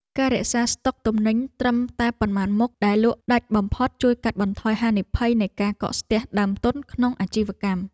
ការរក្សាស្តុកទំនិញត្រឹមតែប៉ុន្មានមុខដែលលក់ដាច់បំផុត ជួយកាត់បន្ថយហានិភ័យនៃការកកស្ទះដើមទុនក្នុងអាជីវកម្ម។